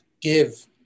give